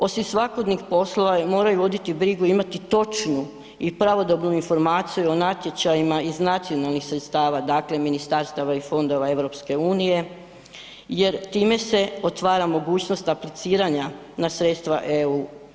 Osim svakodnevnih poslova moraju voditi brigu i imati točnu i pravodobnu informaciju o natječajima iz nacionalnih sredstava, dakle ministarstava i fondova EU, jer time se otvara mogućnost apliciranja na sredstva EU.